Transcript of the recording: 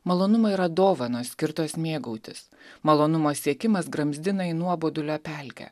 malonumai yra dovanos skirtos mėgautis malonumo siekimas gramzdina į nuobodulio pelkę